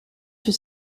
sur